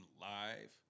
live